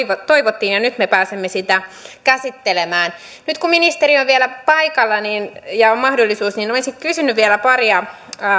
toivottiin ja nyt me pääsemme sitä käsittelemään nyt kun ministeri on vielä paikalla ja on mahdollisuus niin olisin kysynyt vielä paria